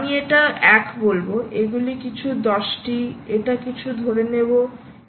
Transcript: আমি এটা 1 বলব এগুলি কিছু 10টি এটা কিছু ধরে নেব এবং এটি শেষ পর্যন্ত n